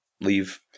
leave